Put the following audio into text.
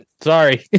sorry